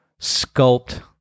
sculpt